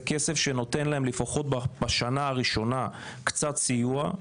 זה כסף שנותן להם לפחות בשנה הראשונה קצת סיוע.